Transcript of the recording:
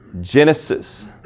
Genesis